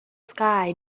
sky